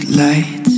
lights